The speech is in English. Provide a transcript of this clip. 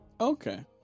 okay